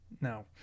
No